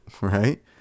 Right